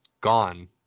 gone